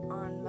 on